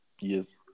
Yes